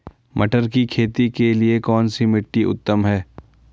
मटर की खेती के लिए कौन सी मिट्टी उत्तम है?